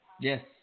Yes